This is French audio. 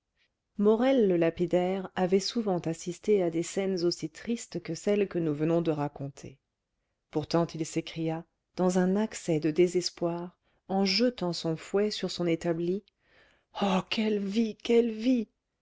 morel le lapidaire avait souvent assisté à des scènes aussi tristes que celles que nous venons de raconter pourtant il s'écria dans un accès de désespoir en jetant son fouet sur son établi oh quelle vie quelle vie